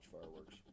fireworks